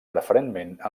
preferentment